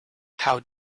how